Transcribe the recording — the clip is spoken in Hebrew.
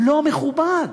לא מכובד.